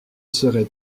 serait